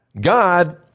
God